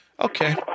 Okay